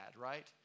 right